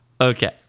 Okay